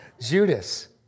Judas